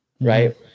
right